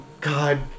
God